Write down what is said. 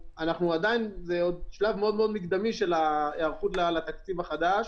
זה עוד שלב מאוד מאוד מקדמי של ההיערכות לתקציב החדש.